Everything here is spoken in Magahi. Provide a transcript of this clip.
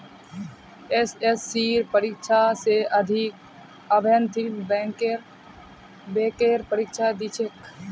एसएससीर परीक्षा स अधिक अभ्यर्थी बैंकेर परीक्षा दी छेक